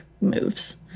moves